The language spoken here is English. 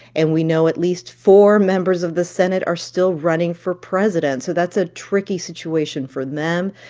and we know at least four members of the senate are still running for president, so that's a tricky situation for them.